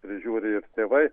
prižiūri ir tėvai